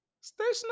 Station